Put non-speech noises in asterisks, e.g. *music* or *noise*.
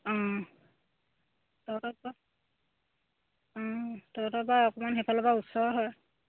*unintelligible* সেইফালৰ পৰা ওচৰ হয়